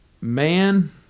man